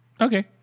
Okay